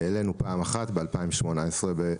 העלינו פעם אחת ב2018 ב-2%.